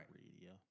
radio